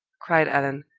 cried allan.